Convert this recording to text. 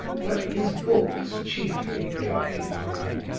but his books chiefly preoccupied him.